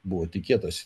buvo tikėtasi